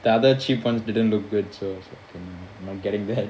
the other cheap ones didn't look good so I was like okay never mind not getting that